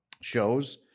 shows